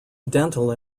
dental